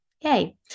yay